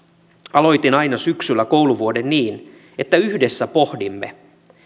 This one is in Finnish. aloitin aina syksyllä kouluvuoden niin että yhdessä pohdimme